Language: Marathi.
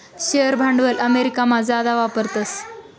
शेअर भांडवल अमेरिकामा जादा वापरतस